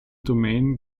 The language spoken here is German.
domain